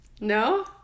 No